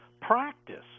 practice